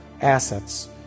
assets